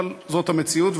אבל זו המציאות,